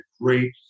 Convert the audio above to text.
great